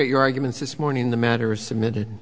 your arguments this morning the matter is submitted